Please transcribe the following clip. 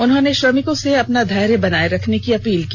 उन्होंने श्रमिक से अपना धैर्य बनाये रखने की अपील की